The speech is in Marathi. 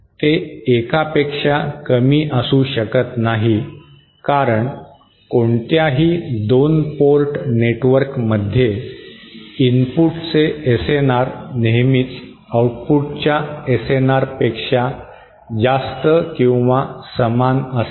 ते एकापेक्षा कमी असू शकत नाही कारण कोणत्याही 2 पोर्ट नेटवर्कमध्ये इनपुटचे SNR नेहमीच आउटपुटच्या SNR पेक्षा जास्त किंवा समान असते